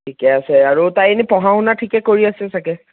ঠিকে আছে আৰু তাই এনে পঢ়াশুনা ঠিকে কৰি আছে চাগে